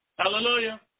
Hallelujah